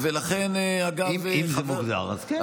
אם זה מוגדר, אז כן.